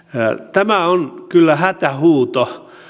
tämä on kyllä hätähuuto